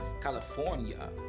California